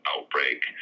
outbreak